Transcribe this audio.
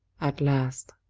at last,